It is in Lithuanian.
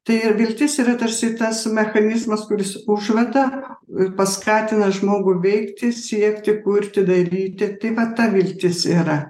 tai ir viltis yra tarsi tas mechanizmas kuris užveda ir paskatina žmogų veikti siekti kurti daryti tai vat ta viltis yra